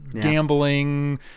gambling